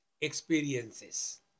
experiences